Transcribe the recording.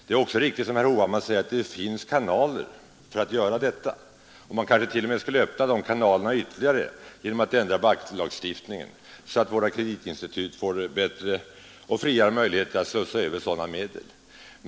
Det är också riktigt, som herr Hovhammar säger, att det finns kanaler för att göra detta. Man skulle kanske t.o.m. vidga dessa ytterligare genom att ändra banklagstiftningen, så att våra kreditinstitut får bättre och friare möjligheter att slussa över sådana medel t.ex. från AP-fonden.